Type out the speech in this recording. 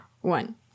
one